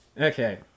Okay